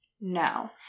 No